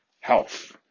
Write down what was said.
health